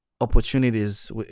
opportunities